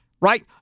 Right